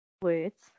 Words